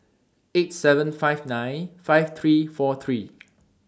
eight seven five nine five three four three